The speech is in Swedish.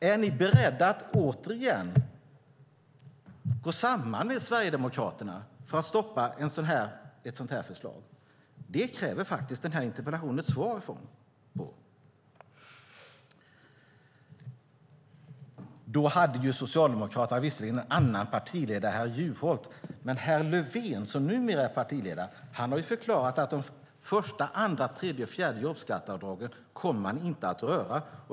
Är ni beredda att återigen gå samman med Sverigedemokraterna för att stoppa ett sådant här förslag? Det kräver faktiskt den här interpellationsdebatten ett svar på. Då hade Socialdemokraterna visserligen en annan partiledare, herr Juholt, men herr Löfven, som numera är partiledare, har förklarat att de första, andra, tredje och fjärde jobbskatteavdragen kommer man inte att röra.